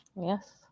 Yes